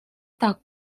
так